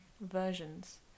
versions